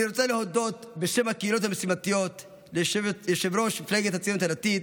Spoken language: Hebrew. אני רוצה להודות בשם הקהילות המשימתיות ליושב-ראש מפלגת הציונות הדתית,